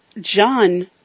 John